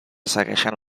segueixen